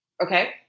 Okay